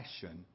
passion